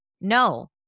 No